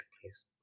please